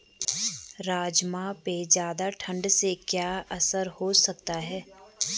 राजमा पे ज़्यादा ठण्ड से क्या असर हो सकता है?